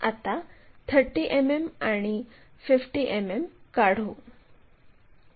आता 30 मिमी आणि 50 मिमी काढू